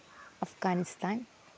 Afghanistan